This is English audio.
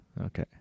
Okay